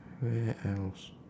where else